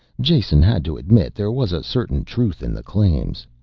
jason had to admit there was a certain truth in the claims.